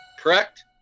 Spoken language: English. Correct